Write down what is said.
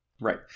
Right